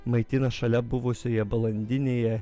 maitina šalia buvusioje balandinėje